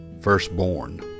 firstborn